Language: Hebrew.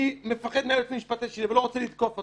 אני מפחד מהיועץ המשפטי, אני לא רוצה לתקוף אותו.